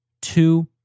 two